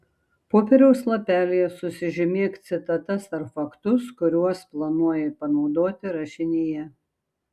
popieriaus lapelyje susižymėk citatas ar faktus kuriuos planuoji panaudoti rašinyje